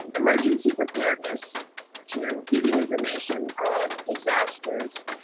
and emergency preparedness to give you information on disasters,